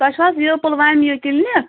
تۄہہِ چھُو حظ یہِ پُلوامہِ یہِ کِلنِک